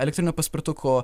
elektriniu paspirtuku